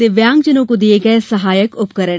दिव्यांगजनों को दिए गए सहायक उपकरण